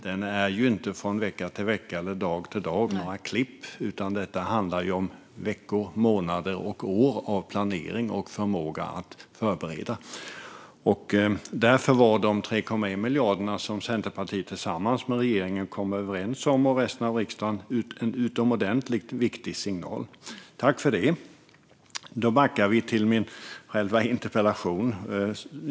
Den sker inte med klipp från vecka till vecka eller dag till dag, utan det handlar om veckor, månader och år av planering och förmåga att förbereda. Därför var de 3,1 miljarder som Centerpartiet tillsammans med regeringen och resten av riksdagen kom överens om en utomordentligt viktig signal. Tack för det! Nu går vi tillbaka till det som är frågan i min interpellation.